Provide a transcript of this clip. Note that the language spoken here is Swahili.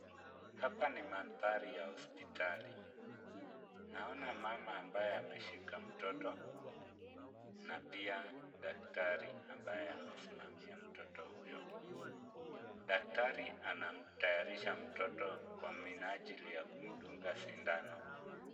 Hapa ni mandhari ya hospitali. Naona mama ambaye ameshika mtoto na pia daktari ambaye amesimamia mtoto huyo. Daktari anamtayarisha mtoto kwa minajili ya kumdunga sindano.